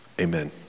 amen